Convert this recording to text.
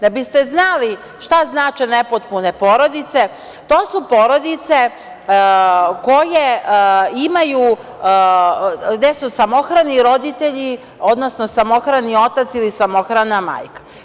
Da biste znali šta znače nepotpune porodice, to su porodice gde su samohrani roditelji, odnosno samohrani otac ili samohrana majka.